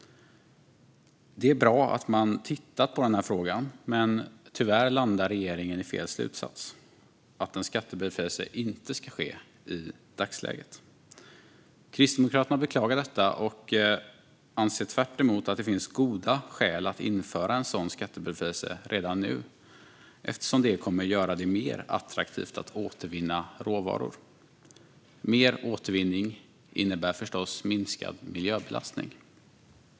Det är bra att man har tittat på frågan, men tyvärr har regeringen landat i fel slutsats: att en skattebefrielse inte ska ske i dagsläget. Kristdemokraterna beklagar det. Vi anser tvärtemot att det finns goda skäl att redan nu införa en sådan skattebefrielse, eftersom det kommer att göra det mer attraktivt att återvinna råvaror. Och mer återvinning innebär förstås minskad miljöbelastning.